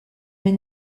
mais